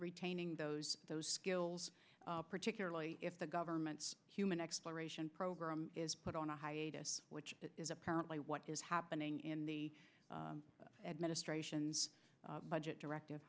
retaining those those skills particularly if the government's human exploration program is put on a hiatus which is apparently what is happening in the administration's budget directive